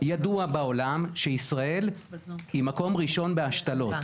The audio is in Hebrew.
ידוע בעולם שישראל היא מקום ראשון בהשתלות,